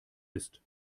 ist